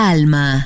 Alma